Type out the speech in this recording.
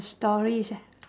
stories eh